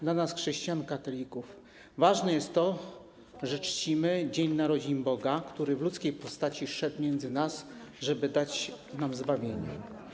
Dla nas, chrześcijan, katolików ważne jest to, że czcimy dzień narodzin Boga, który w ludzkiej postaci zszedł między nas, żeby dać nam zbawienie.